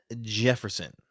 Jefferson